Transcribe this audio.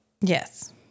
Yes